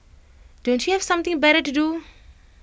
don't you have something better to do